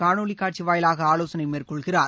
காணொலி காட்சி வாயிலாக ஆலோசனை மேற்கொள்கிறார்